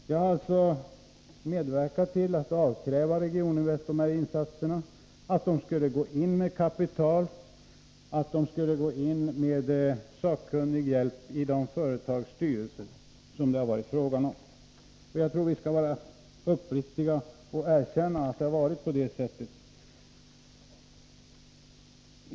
Jag har alltså medverkat till att avkräva Regioninvest de här insatserna, begärt att man skulle gå in med kapital och med sakkunnig hjälp i de företags styrelser som det varit fråga om. Jag tror att vi skall vara uppriktiga och erkänna att det har varit på det sättet.